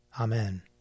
Amen